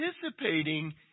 participating